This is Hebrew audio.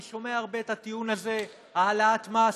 אני שומע הרבה את הטיעון הזה: העלאת מס.